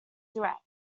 direct